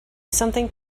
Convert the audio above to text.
something